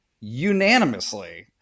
unanimously